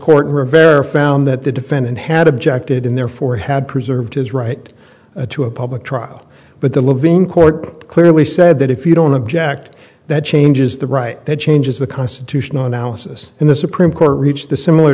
court rivera found that the defendant had objected and therefore had preserved his right to a public trial but the live in court clearly said that if you don't object that changes the right to changes the constitutional analysis and the supreme court reached a similar